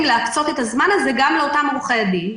להקצות את הזמן הזה גם לאותם עורכי דין,